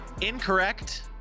incorrect